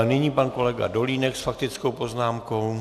Nyní pan kolega Dolínek s faktickou poznámkou.